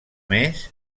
més